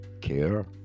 care